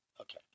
Okay